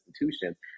institutions